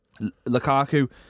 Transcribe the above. Lukaku